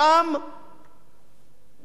לקום ולומר אמירה ברורה.